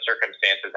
circumstances